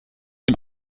dem